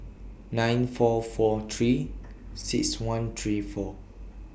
nine four four three six one three four